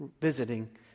visiting